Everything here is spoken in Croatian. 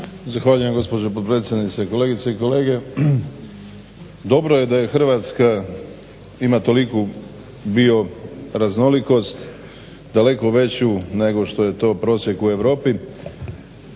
Zahvaljujem gospođo potpredsjednice, kolegice i kolege. Dobro je da Hrvatska ima toliku bio raznolikost daleko veću nego što je to prosjek u Europi